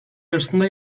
arasında